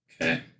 Okay